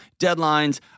deadlines